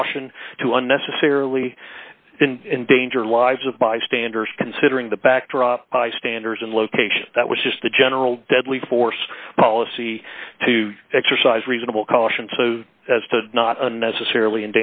caution to unnecessarily in danger lives of bystanders considering the backdrop bystanders and location that was just the general deadly force policy to exercise reasonable caution so as to not unnecessarily